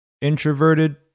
introverted